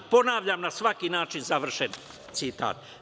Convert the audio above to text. Ponavljam: „Na svaki način“, završen citat.